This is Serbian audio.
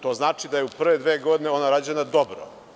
To znači da je u pre dve godine ona rađena dobro.